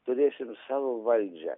turėsim savo valdžią